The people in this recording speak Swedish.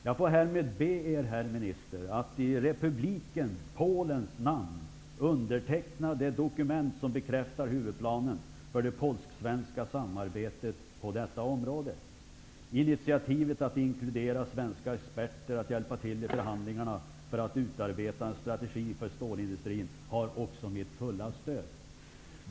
Jag får härmed be Er, Herr Minister, att i republiken Polens namn underteckna det dokument som bekräftar Huvudplanen för det polsk-svenska samarbetet på detta område. Initiativet att inkludera svenska experter att hjälpa till i förhandlingarna för att utarbeta en strategi för stålindustrin har också mitt fulla stöd.''